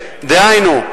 דהיינו,